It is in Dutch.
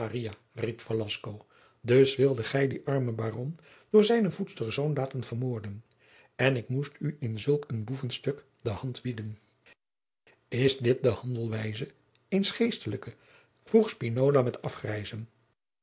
lennep de pleegzoon dien armen baron door zijnen voedsterzoon laten vermoorden en ik moest u in zulk een boevenstuk de hand bieden is dit de handelwijze eens geestelijken vroeg spinola met afgrijzen